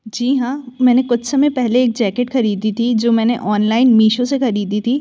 जी हाँ मैंने कुछ समय पहले एक जैकेट ख़रीदी थी जो मैंने ऑनलाइन मीशो से ख़रीदी थी